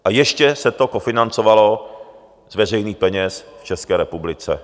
A ještě se to kofinancovalo z veřejných peněz v České republice.